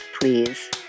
please